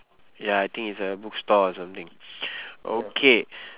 ya I think it's a book store or something okay